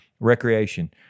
recreation